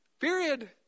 Period